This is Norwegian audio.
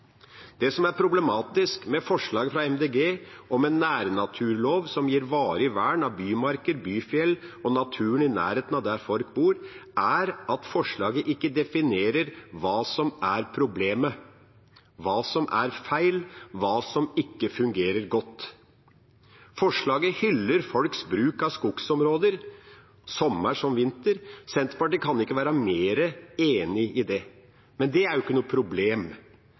Det som er problematisk med forslaget fra MDG om en nærnaturlov som gir varig vern av bymarker, byfjell og naturen i nærheten av der folk bor, er at forslaget ikke definerer hva som er problemet, hva som er feil, og hva som ikke fungerer godt. Forslaget hyller folks bruk av skogsområder sommer som vinter. Senterpartiet kan ikke være mer enig i det. Men det er ikke noe problem.